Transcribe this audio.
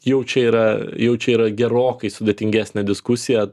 jau čia yra jau čia yra gerokai sudėtingesnė diskusija